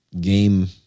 game